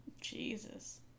Jesus